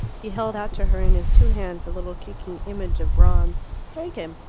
he held out to her in his two hands a little kicking image of bronze. take him!